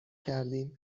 کردیم